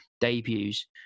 debuts